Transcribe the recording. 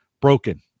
broken